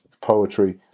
poetry